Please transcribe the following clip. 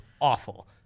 awful